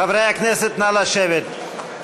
חברי הכנסת, נא לשבת.